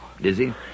Dizzy